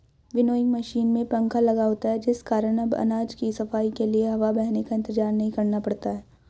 winnowing machine में पंखा लगा होता है जिस कारण अब अनाज की सफाई के लिए हवा बहने का इंतजार नहीं करना पड़ता है